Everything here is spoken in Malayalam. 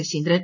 ശശീന്ദ്രൻ